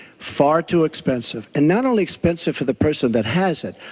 far too expensive, and not only expensive for the person that has it,